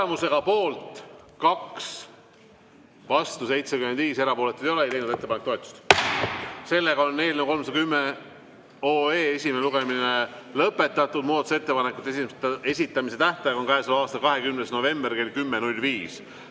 Tulemusega poolt 2, vastu 75, erapooletuid ei ole, ei leidnud ettepanek toetust. Sellega on eelnõu 310 esimene lugemine lõpetatud. Muudatusettepanekute esitamise tähtaeg on selle aasta 20. november kell 10.05.